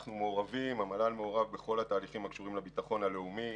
המל"ל מעורב בכל התהליכים הקשורים לביטחון הלאומי